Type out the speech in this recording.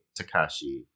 Takashi